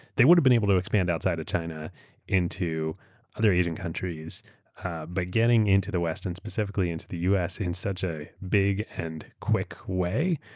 they would have been able to expand outside of china into other asian countries but getting into the west and specifically into the u. s. in such a big and quick way,